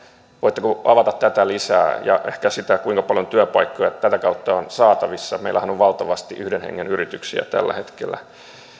voitteko avata tätä lisää ja ehkä sitä kuinka paljon työpaikkoja tätä kautta on saatavissa meillähän on valtavasti yhden hengen yrityksiä tällä hetkellä